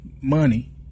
money